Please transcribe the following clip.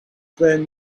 then